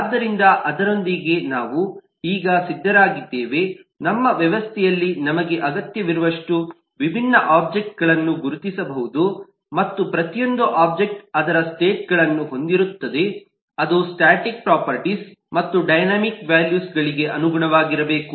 ಆದ್ದರಿಂದ ಅದರೊಂದಿಗೆ ನಾವು ಈಗ ಸಿದ್ಧರಾಗಿದ್ದೇವೆ ನಮ್ಮ ವ್ಯವಸ್ಥೆಯಲ್ಲಿ ನಮಗೆ ಅಗತ್ಯವಿರುವಷ್ಟು ವಿಭಿನ್ನ ಒಬ್ಜೆಕ್ಟ್ಗಳನ್ನು ಗುರುತಿಸಬಹುದು ಮತ್ತು ಪ್ರತಿಯೊಂದು ಒಬ್ಜೆಕ್ಟ್ ಅದರ ಸ್ಟೇಟ್ಗಳನ್ನು ಹೊಂದಿರುತ್ತದೆ ಅದು ಸ್ಟಾಟಿಕ್ ಪ್ರೊಪರ್ಟಿಸ್ ಮತ್ತು ಡೈನಾಮಿಕ್ ವ್ಯಾಲ್ಯೂಸ್ ಗಳಿಗೆ ಅನುಗುಣವಾಗಿರಬಹುದು